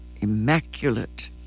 immaculate